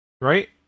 Right